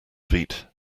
feet